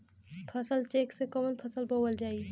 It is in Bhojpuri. फसल चेकं से कवन फसल बोवल जाई?